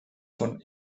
von